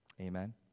Amen